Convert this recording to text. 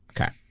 Okay